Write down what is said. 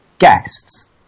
guests